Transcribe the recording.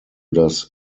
das